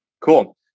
Cool